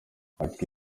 yagize